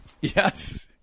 Yes